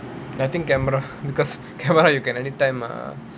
I think camera because camera you can anytime err